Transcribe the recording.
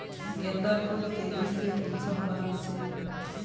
गेंदा फुल तेजी से कुंसम बार से?